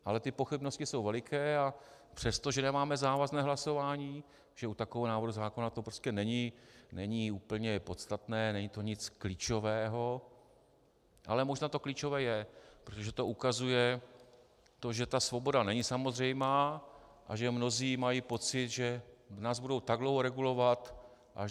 Ale ty pochybnosti jsou veliké, a přestože nemáme závazné hlasování, protože u takového návrhu zákona to prostě není úplně podstatné, není to nic klíčového ale možná to klíčové je, protože to ukazuje to, že svoboda není samozřejmá a že mnozí mají pocit, že nás budou tak dlouho regulovat, až nás uregulují.